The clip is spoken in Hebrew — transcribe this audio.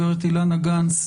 גב' אילנה גנס,